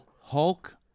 Hulk